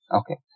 Okay